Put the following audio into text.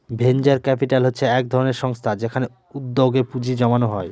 venture capital হচ্ছে এক ধরনের সংস্থা যেখানে উদ্যোগে পুঁজি জমানো হয়